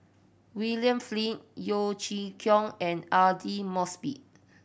William Flint Yeo Chee Kiong and Aidli Mosbit